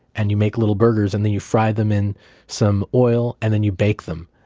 and you make little burgers, and then you fry them in some oil and then you bake them.